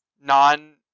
non